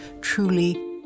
truly